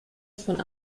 von